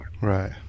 Right